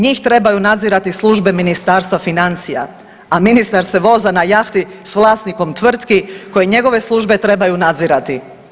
Njih trebaju nadzirati službe Ministarstva financija, a ministar se voza na jahti s vlasnikom tvrtki koje njegove službe trebaju nadzirati.